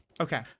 okay